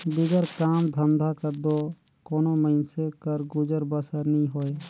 बिगर काम धंधा कर दो कोनो मइनसे कर गुजर बसर नी होए